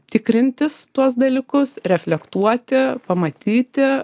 tikrintis tuos dalykus reflektuoti pamatyti